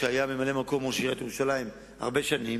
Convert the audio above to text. שהיה ממלא-מקום ראש עיריית ירושלים הרבה שנים,